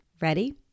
Ready